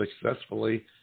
successfully